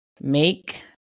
Make